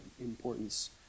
importance